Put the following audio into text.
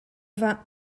vin